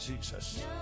Jesus